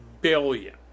billion